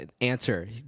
answer